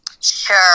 Sure